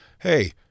Hey